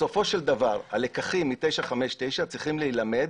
בסופו של דבר הלקחים מתוכנית 959 צריכים להילמד